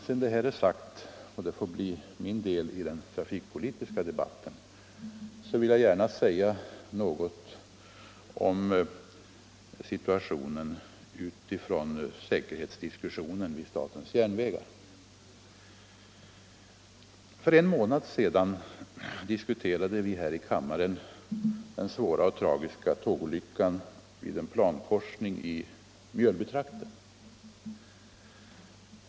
Sedan detta är sagt — det får bli mitt deltagande i den trafikpolitiska debatten — vill jag gärna säga något om situationen utifrån diskussionen om säkerheten vid statens järnvägar. För en månad sedan debatterade vi här i kammaren den svåra och tragiska tågolyckan vid en plankorsning i Mjölbytrakten.